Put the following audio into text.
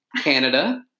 Canada